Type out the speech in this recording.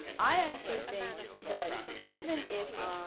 i actually think that, even if you,